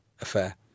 affair